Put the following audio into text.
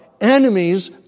enemies